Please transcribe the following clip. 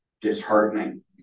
disheartening